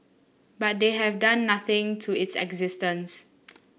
but they have done nothing to its existence